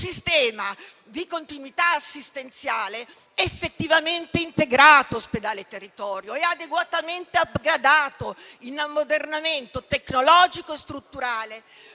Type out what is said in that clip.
di continuità assistenziale effettivamente integrato ospedale-territorio e adeguatamente upgradato in ammodernamento tecnologico e strutturale,